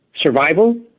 survival